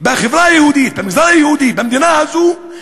בחברה היהודית, במגזר היהודי, במדינה הזאת,